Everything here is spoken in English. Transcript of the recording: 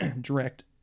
direct